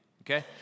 Okay